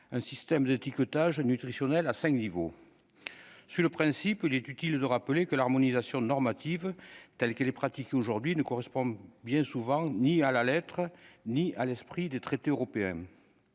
un système d'étiquetage nutritionnel à 5 niveaux sur le principe, il est utile de rappeler que l'harmonisation normative, telle qu'elle est pratiquée aujourd'hui ne correspond bien souvent ni à la lettre, ni à l'esprit des traités européens